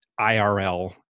IRL